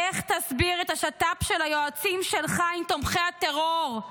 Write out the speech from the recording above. איך תסביר את שיתוף פעולה של היועצים שלך עם תומכי הטרור?